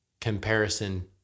comparison